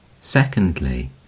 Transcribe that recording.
Secondly